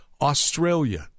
Australia